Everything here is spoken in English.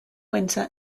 winter